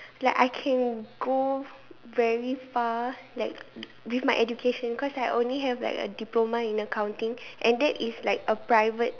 like I can go very far like with my education cause I only have like a diploma in accounting and that is like a private